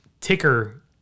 ticker